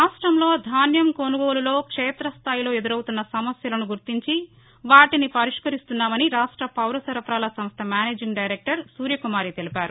రాష్టంలో ధాన్యం కొనుగోలులో క్షేత స్థాయిలో ఎదురవుతున్న సమస్యలను గుర్తించి వాటిని పరిష్కరిస్తున్నామని రాష్ట పౌర సరఫరాల సంస్ట మేనేజింగ్ డైరెక్టర్ సూర్య కుమారి తెలిపారు